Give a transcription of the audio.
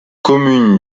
commune